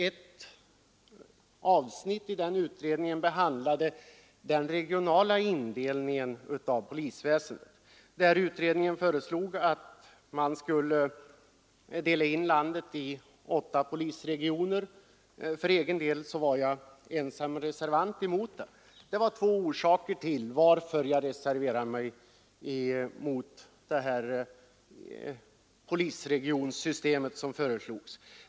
Ett avsnitt i utredningen behandlade den regionala indelningen av polisväsendet, och utredningen föreslog där att landet skulle indelas i åtta polisregioner. Jag var ensam reservant emot det förslaget. Det fanns två orsaker till att jag reserverade mig mot det polisregionsystem som föreslogs.